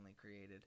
created